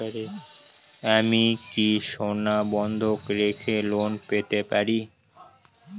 আমি কি সোনা বন্ধক রেখে লোন পেতে পারি?